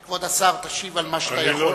כבוד סגן השר, תשיב על מה שאתה יכול.